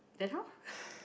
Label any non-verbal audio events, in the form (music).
then how (laughs)